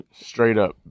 straight-up